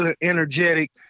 energetic